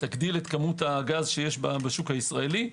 תגדיל את כמות הגז שיש בשוק הישראלי.